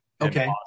Okay